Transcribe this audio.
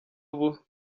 ubu